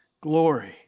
glory